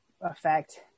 effect